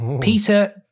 peter